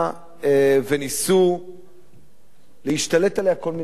ניסו להשתלט עליה כל מיני גורמים,